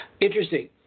Interesting